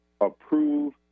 approve